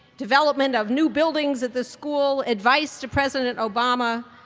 development of new buildings at this school, advice to president obama,